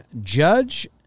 Judge